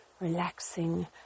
relaxing